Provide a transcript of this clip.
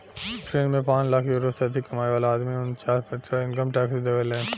French में पांच lakh euro से अधिक कमाए वाला आदमी उनन्चास प्रतिशत इनकम टैक्स देबेलन